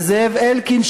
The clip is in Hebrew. וזאב אלקין,